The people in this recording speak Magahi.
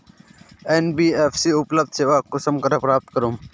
एन.बी.एफ.सी उपलब्ध सेवा कुंसम करे प्राप्त करूम?